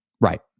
Right